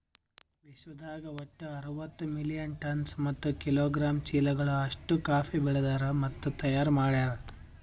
ವಿಶ್ವದಾಗ್ ಒಟ್ಟು ಅರವತ್ತು ಮಿಲಿಯನ್ ಟನ್ಸ್ ಮತ್ತ ಕಿಲೋಗ್ರಾಮ್ ಚೀಲಗಳು ಅಷ್ಟು ಕಾಫಿ ಬೆಳದಾರ್ ಮತ್ತ ತೈಯಾರ್ ಮಾಡ್ಯಾರ